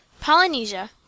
Polynesia